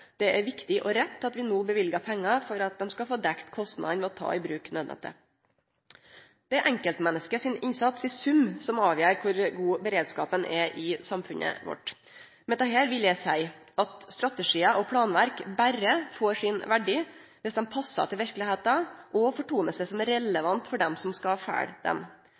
Det er viktig og rett at vi no løyver pengar for at dei skal få dekt kostnadane ved å ta i bruk nødnettet. Det er enkeltmenneske sin innsats i sum som avgjer kor god beredskapen er i samfunnet vårt. Med dette vil eg seie at strategiar og planverk berre får sin verdi viss dei passar til verkelegheita og fortonar seg som relevante for dei som skal følgje dei.